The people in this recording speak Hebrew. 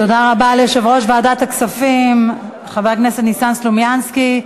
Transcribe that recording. תודה רבה ליושב-ראש ועדת הכספים חבר הכנסת ניסן סלומינסקי.